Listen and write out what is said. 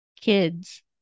kids